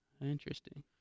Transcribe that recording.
Interesting